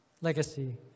legacy